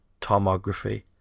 tomography